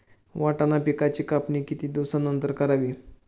वाटाणा पिकांची कापणी किती दिवसानंतर करावी?